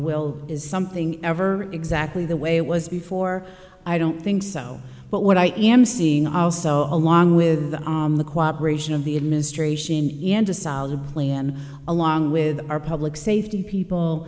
will is something ever exactly the way it was before i don't think so but what i am seeing also along with the cooperation of the administration and a solid plan along with our public safety people